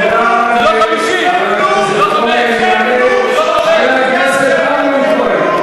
זה לא 5. חבר הכנסת אמנון כהן.